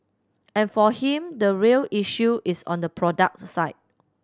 and for him the real issue is on the product side